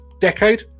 decade